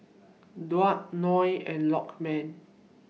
Daud Noh and Lokman